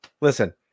listen